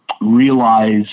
realize